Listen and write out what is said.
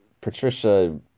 Patricia